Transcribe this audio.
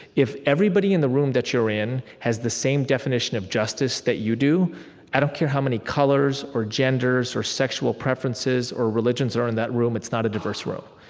if everybody in the room that you're in has the same definition of justice that you do i don't care how many colors, or genders, or sexual preferences, or religions are in that room it's not a diverse room.